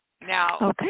Now